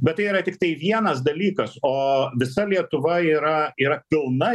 bet tai yra tiktai vienas dalykas o visa lietuva yra yra pilna